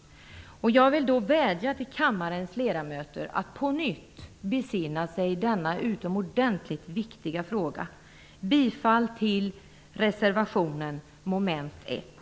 Jag vill vädja till kammarens ledamöter att på nytt besinna sig i denna utomordentligt viktiga fråga. Jag yrkar bifall till reservationen under mom. 1.